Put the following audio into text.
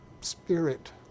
spirit